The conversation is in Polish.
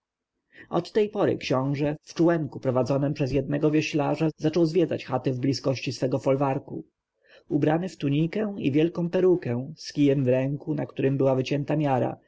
od tej pory książę w czółenku prowadzonem przez jednego wioślarza zaczął zwiedzać chaty w bliskości swego folwarku ubrany w tunikę i wielką perukę z kijem w ręku na którym była wycięta miara